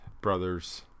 brothers